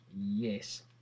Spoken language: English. yes